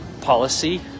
policy